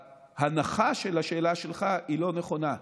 שההנחה של השאלה שלך היא לא נכונה,